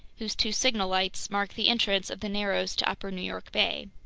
whose two signal lights mark the entrance of the narrows to upper new york bay.